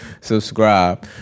Subscribe